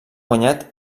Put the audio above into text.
guanyat